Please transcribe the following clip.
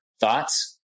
Thoughts